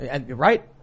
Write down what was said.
Right